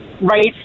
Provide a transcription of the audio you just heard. Right